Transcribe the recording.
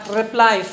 reply